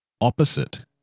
opposite